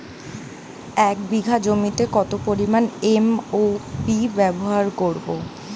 এক বিঘা জমিতে কত পরিমান এম.ও.পি ব্যবহার করব?